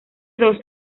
dos